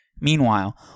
Meanwhile